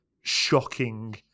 shocking